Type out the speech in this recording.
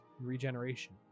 regeneration